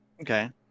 okay